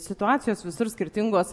situacijos visur skirtingos